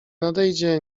nadejdzie